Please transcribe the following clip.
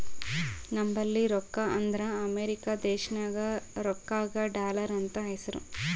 ನಂಬಲ್ಲಿ ರೊಕ್ಕಾ ಅಂದುರ್ ಅಮೆರಿಕಾ ದೇಶನಾಗ್ ರೊಕ್ಕಾಗ ಡಾಲರ್ ಅಂತ್ ಹೆಸ್ರು